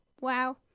Wow